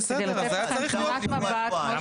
כדי לתת לכם תמונת מצב כמו שביקשתם --- אוקי,